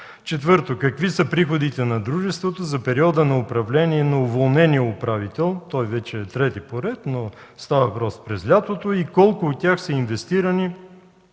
Четвърто: какви са приходите на дружеството за периода на управление на уволнения управител – той вече е трети поред, става въпрос през лятото, и колко от тях са инвестирани